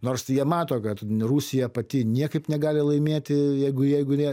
nors jie mato kad rusija pati niekaip negali laimėti jeigu jeigu jie